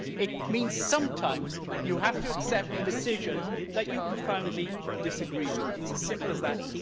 it means, sometimes, you have to accept a decision that you profoundly disagree with. it's as simple as that.